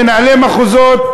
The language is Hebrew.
מנהלי מחוזות,